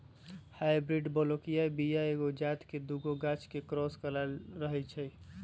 hybrid बलौकीय बीया एके जात के दुगो गाछ के क्रॉस कराएल रहै छै